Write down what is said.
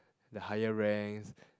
the higher ranks